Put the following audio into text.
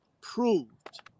proved